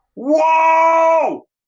whoa